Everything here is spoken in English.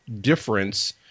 difference